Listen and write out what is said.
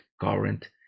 current